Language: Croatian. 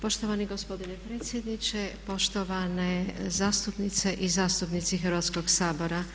Poštovani gospodine predsjedniče, poštovane zastupnice i zastupnici Hrvatskog sabora.